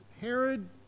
Herod